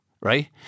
right